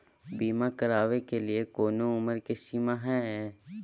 बीमा करावे के लिए कोनो उमर के सीमा है?